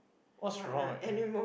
what's wrong and